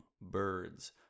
Birds